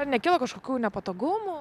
ar nekilo kažkokių nepatogumų